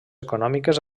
econòmiques